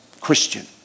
Christian